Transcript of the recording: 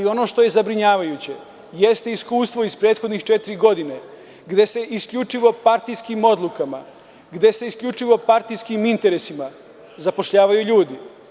Ono što je zabrinjavajuće jeste iskustvo iz prethodnih četiri godine, gde se isključivo partijskim odlukama, gde se isključivo partijskim interesima zapošljavaju ljudi.